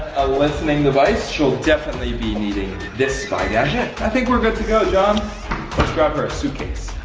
a listening device, she'll definitely be needing this spy gadget. i think we're good to go john. let's grab her a suitcase.